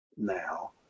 Now